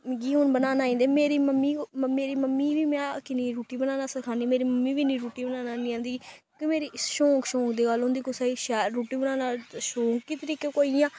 मिगी हून बनाना आई जंदी मेरी मम्मी मेरी मम्मी गी बी में किन्नी रुट्टी बनाना सक्खानी मेरी मम्मी गी बी इन्नी रुट्टी बनाना हैनी औंदी क्योंकि मेरे शोंक शोंक दी गल्ल होंदी कुसै गी शैल रुट्टी बनाना शोंक गै तरीका कोई इ'यां